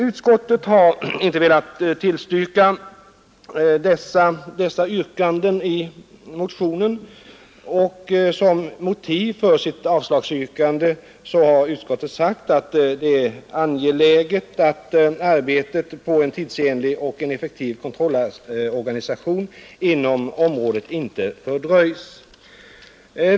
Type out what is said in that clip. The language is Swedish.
Utskottet har inte velat tillstyrka yrkandena härom i motionen, och som motiv för sitt avslagsyrkande har utskottet anfört att det är angeläget att arbetet på en tidsenlig och effektiv kontrollorganisation inom området inte fördröjs.